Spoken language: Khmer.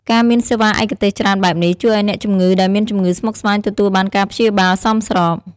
ការមានសេវាឯកទេសច្រើនបែបនេះ ជួយឱ្យអ្នកជំងឺដែលមានជំងឺស្មុគស្មាញទទួលបានការព្យាបាលសមស្រប។